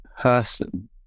person